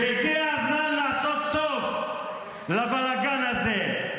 -- והגיע הזמן לעשות סוף לבלגן הזה.